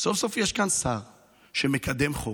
סוף-סוף יש כאן שר שמקדם חוק,